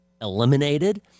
eliminated